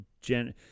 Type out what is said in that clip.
gen